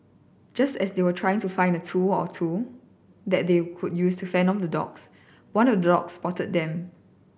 just as they trying to find a tool or two that they could use to fend off the dogs one of the dogs spotted them